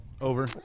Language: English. over